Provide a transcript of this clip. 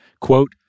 Quote